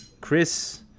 Chris